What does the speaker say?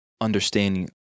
understanding